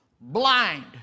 blind